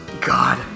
God